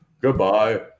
Goodbye